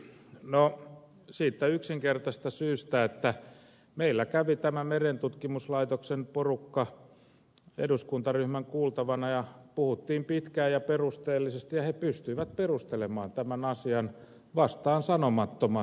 no siitä yksinkertaisesta syystä että meillä kävi merentutkimuslaitoksen porukka eduskuntaryhmän kuultavana ja puhuttiin pitkään ja perusteellisesti ja he pystyivät perustelemaan tämän asian vastaansanomattomasti